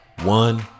one